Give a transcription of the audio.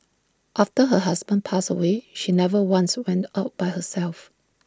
after her husband passed away she never once went out by herself